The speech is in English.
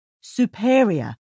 superior